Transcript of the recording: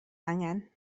angen